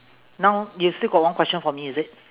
now you still got one question for me is it